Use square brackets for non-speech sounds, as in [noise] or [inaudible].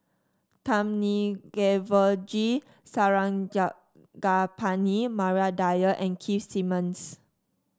[unintelligible] G [unintelligible] Maria Dyer and Keith Simmons